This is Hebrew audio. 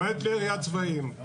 למעט כלי ירייה צבאיים, בסדר?